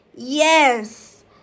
Yes